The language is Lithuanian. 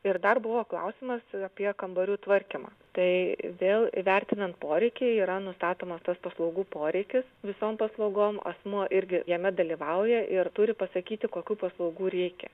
ir dar buvo klausimas apie kambarių tvarkymą tai vėl įvertinant poreikiai yra nustatomas tas paslaugų poreikis visom paslaugom asmuo irgi jame dalyvauja ir turi pasakyti kokių paslaugų reikia